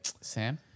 Sam